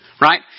right